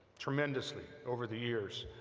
tremendously over the years,